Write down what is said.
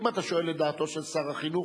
אם אתה שואל את דעתו של שר החינוך,